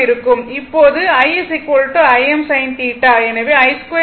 இப்போது i Im sinθ